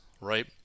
right